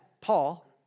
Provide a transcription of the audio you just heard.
Paul